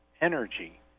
energy